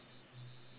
ya